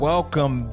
Welcome